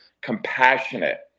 compassionate